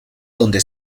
donde